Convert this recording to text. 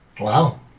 Wow